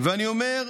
אני אומר: